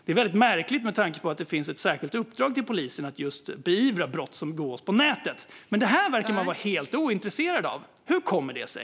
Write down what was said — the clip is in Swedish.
Det är väldigt märkligt med tanke på att det finns ett särskilt uppdrag till polisen att beivra just brott som begås på nätet. Man verkar vara helt ointresserad av detta. Hur kommer det sig?